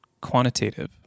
quantitative